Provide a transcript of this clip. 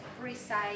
precise